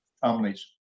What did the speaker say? families